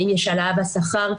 האם יש העלאה בשכר.